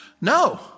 No